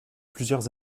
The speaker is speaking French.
plusieurs